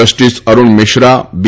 justice Arun Mishra બી